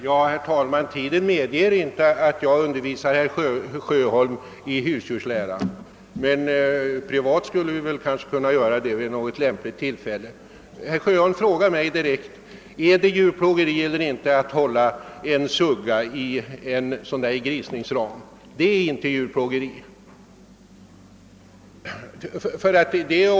Herr talman! Tiden medger inte att jag undervisar herr Sjöholm i husdjurslära, men privat skulle jag kunna görå det vid något lämpligt tillfälle. Herr Sjöholm frågar mig om det är djurplågeri eller inte att hålla en sugga i en grisningsram. Nej, det är inte djurplågeri!